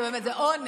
זה עונג.